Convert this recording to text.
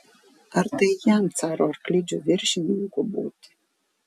ar tai jam caro arklidžių viršininku būti